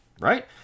right